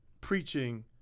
preaching